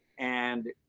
and,